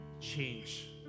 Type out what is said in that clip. change